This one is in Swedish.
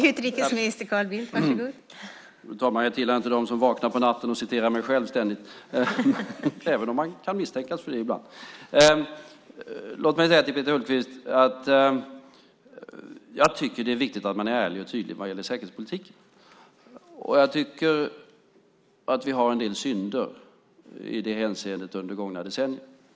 Fru talman! Jag tillhör inte dem som vaknar på natten och citerar mig själv - även om jag kan misstänkas för det ibland. Jag tycker att det är viktigt att man är ärlig och tydlig när det gäller säkerhetspolitiken. Jag tycker att vi har en del synder i det hänseendet under gångna decennier.